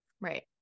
Right